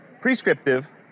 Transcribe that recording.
Prescriptive